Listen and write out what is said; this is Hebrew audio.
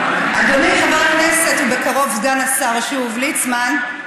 אדוני חבר הכנסת, ובקרוב סגן השר שוב, ליצמן,